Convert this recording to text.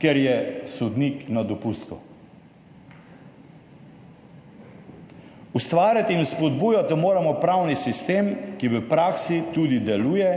ker je sodnik na dopustu? Ustvarjati in spodbujati moramo pravni sistem, ki v praksi tudi deluje